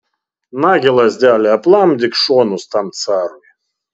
nagi lazdele aplamdyk šonus tam carui